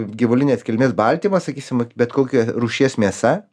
gyvulinės kilmės baltymas sakysim bet kokia rūšies mėsa